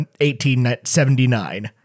1879